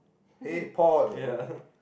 hey Paul